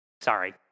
sorry